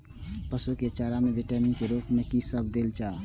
पशु के चारा में विटामिन के रूप में कि सब देल जा?